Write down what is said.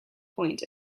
point